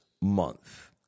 month